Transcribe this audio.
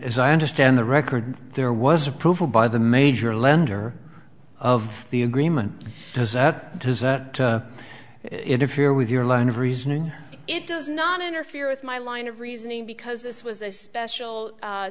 as i understand the record there was approval by the major lender of the agreement is that does that interfere with your line of reasoning it does not interfere with my line of reasoning because this was a special